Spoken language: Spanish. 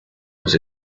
los